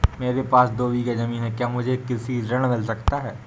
मेरे पास दो बीघा ज़मीन है क्या मुझे कृषि ऋण मिल सकता है?